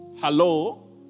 Hello